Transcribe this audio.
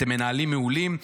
אתם מנהלים מעולים.